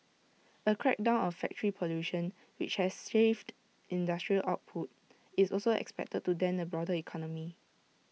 A crackdown on factory pollution which has shaved industrial output is also expected to dent the broader economy